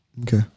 Okay